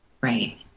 Right